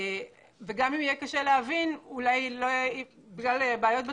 אולי יהיה קשה להבין בגלל בעיות בתרגום,